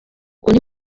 ukuntu